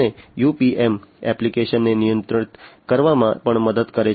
અને UPM એપ્લીકેશનને નિયંત્રિત કરવામાં પણ મદદ કરે છે